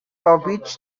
robić